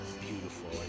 beautiful